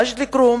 מג'ד-אל-כרום